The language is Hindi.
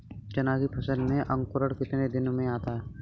चना की फसल में अंकुरण कितने दिन में आते हैं?